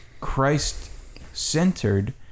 Christ-centered